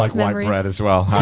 like white bread as well.